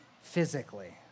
physically